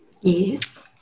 Yes